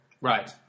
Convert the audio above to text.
Right